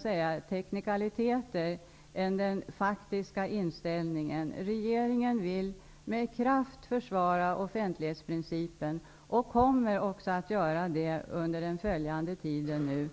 mera om teknikaliteter än om den faktiska inställningen. Regeringen vill med kraft försvara offentlighetsprincipen, och det kommer den också att göra under den följande tiden.